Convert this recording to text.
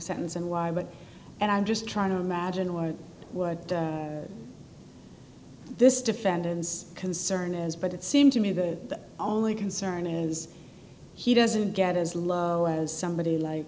sentence and why but and i'm just trying to imagine what it would this defendant's concern is but it seems to me the only concern is he doesn't get as low as somebody like